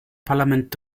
parlament